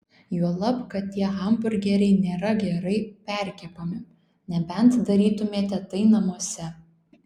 juolab kad tie hamburgeriai nėra gerai perkepami nebent darytumėte tai namuose